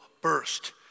burst